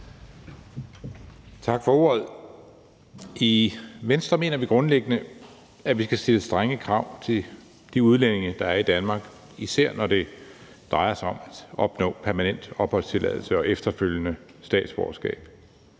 Tak for ordet. I Venstre mener vi grundlæggende, at vi skal stille strenge krav til de udlændinge, der er i Danmark, især når det drejer sig om at opnå permanent opholdstilladelse og efterfølgende statsborgerskab.